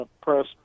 press